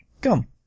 Come